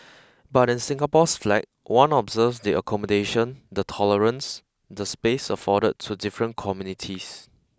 but in Singapore's flag one observes the accommodation the tolerance the space afforded to different communities